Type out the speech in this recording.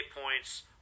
points